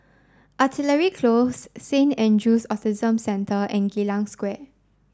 artillery close Saint Andrew's Autism Centre and Geylang Square